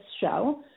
show